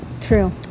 True